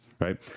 right